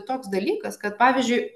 toks dalykas kad pavyzdžiui